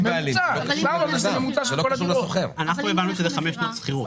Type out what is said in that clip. אנחנו הבנו שאלה חמש שנות שכירות.